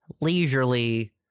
leisurely